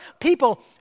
People